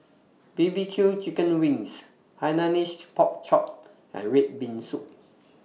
Bbq Chicken Wings Hainanese Pork Chop and Red Bean Soup